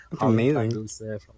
Amazing